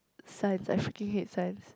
science I freaking hate science